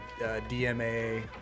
DMA